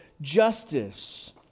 justice